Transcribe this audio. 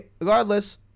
Regardless